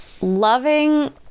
loving